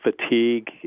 fatigue